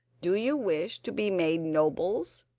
do you wish to be made nobles,